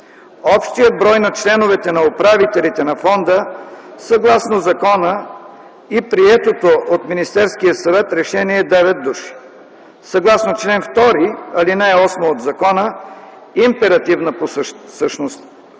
Общият брой на членовете на управителите на фонда, съгласно закона и приетото от Министерския съвет решение, е девет души. Съгласно чл. 2, ал. 8 от закона императивна по същността